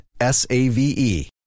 S-A-V-E